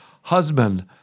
husband